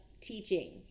teaching